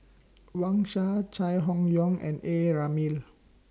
Wang Sha Chai Hon Yoong and A Ramli